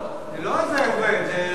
זה לא איזה עובד.